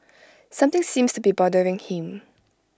something seems be bothering him